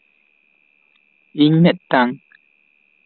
ᱤᱧ ᱢᱤᱫᱴᱟᱝ